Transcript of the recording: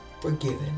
forgiven